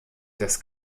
das